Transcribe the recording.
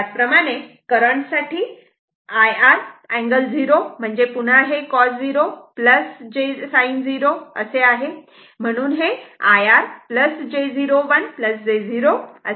त्याचप्रमाणे करंट साठी IR angle 0 म्हणजे पुन्हा cos 0 j sin 0 o असे असे आहे म्हणून हे IR j 0 1 j 0 असे होते